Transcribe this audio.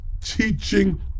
teaching